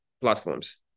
platforms